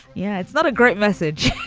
yeah, it's not a great message